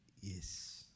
Yes